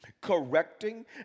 correcting